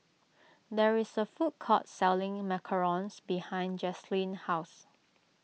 there is a food court selling Macarons behind Jaslene's house